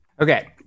Okay